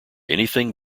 anything